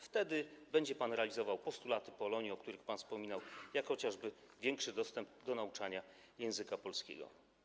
Wtedy będzie pan realizował postulaty Polonii, o których pan wspominał, jak chociażby większy dostęp do nauczania języka polskiego.